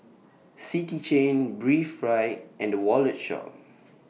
City Chain Breathe Right and The Wallet Shop